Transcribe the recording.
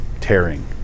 tearing